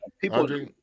people